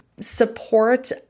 support